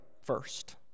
first